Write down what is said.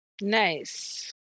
Nice